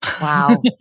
Wow